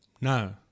No